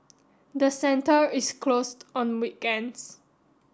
the centre is closed on weekends